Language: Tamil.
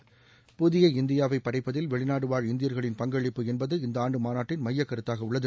புதிய இந்தியாவைப் படைப்பதில் வெளிநாடுவாழ் இந்தியர்களின் பங்களிப்பு என்பது இந்த ஆண்டு மாநாட்டின் மையக்கருத்தாக உள்ளது